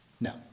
No